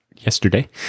yesterday